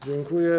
Dziękuję.